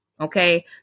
Okay